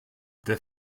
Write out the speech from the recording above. the